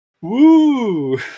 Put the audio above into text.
Woo